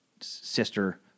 sister